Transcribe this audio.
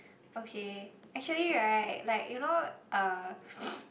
okay actually right like you know uh